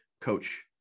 coach